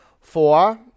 Four